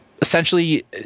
Essentially